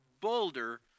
boulder